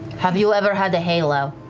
have you ever had a halo?